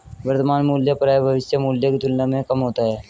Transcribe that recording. वर्तमान मूल्य प्रायः भविष्य मूल्य की तुलना में कम होता है